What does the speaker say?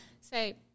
say